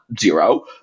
zero